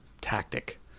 tactic